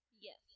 Yes